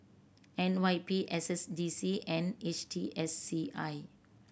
N Y P S S D C and H T S C I